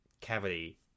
cavity